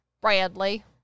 Bradley